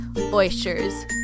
Oysters